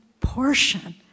portion